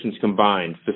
combined